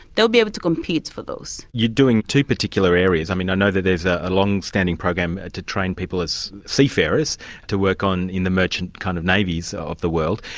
they'll be able to compete for those. you're doing two particular areas, i mean, i know that there's ah a longstanding program to train people as seafarers to work in the merchant kind of navies so of the world.